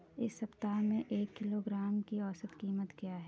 इस सप्ताह में एक किलोग्राम बैंगन की औसत क़ीमत क्या है?